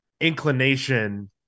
inclination